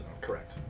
Correct